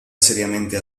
seriamente